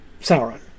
Sauron